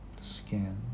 skin